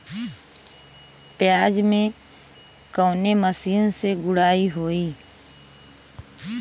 प्याज में कवने मशीन से गुड़ाई होई?